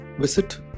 visit